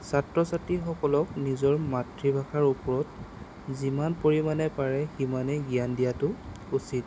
ছাত্ৰ ছাত্ৰীসকলক নিজৰ মাতৃভাষাৰ ওপৰত যিমান পৰিমাণে পাৰে সিমানেই জ্ঞান দিয়াতো উচিত